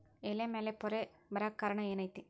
ಎಲೆ ಮ್ಯಾಲ್ ಪೊರೆ ಬರಾಕ್ ಕಾರಣ ಏನು ಐತಿ?